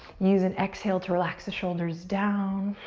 use an exhale to relax the shoulders down.